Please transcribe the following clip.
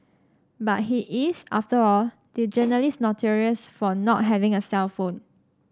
but he is after all the journalist notorious for not having a cellphone